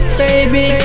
baby